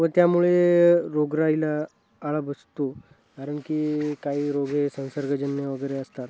व त्यामुळे रोगराईला आळा बसतो कारण की काही रोग हे संसर्गजन्य वगैरे असतात